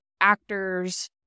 actors